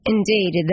Indeed